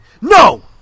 No